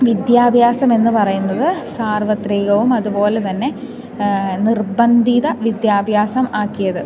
വിദ്യാഭ്യാസമെന്നു പറയുന്നത് സാർവത്രികവും അതുപോലെതന്നെ നിർബന്ധിത വിദ്യഭ്യാസം ആക്കിയത്